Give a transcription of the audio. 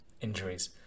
Injuries